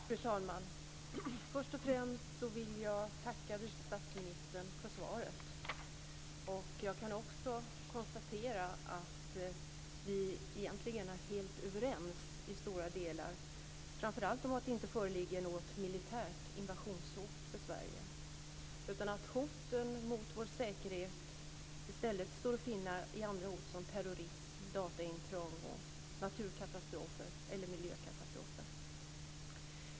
Fru talman! Först och främst vill jag tacka vice statsministern för svaret. Jag kan konstatera att vi egentligen är helt överens i stora delar, framför allt om att det inte föreligger något militärt invasionshot mot Sverige, utan att hoten mot vår säkerhet i stället står att finna i terrorism, dataintrång och naturkatastrofer eller miljökatastrofer.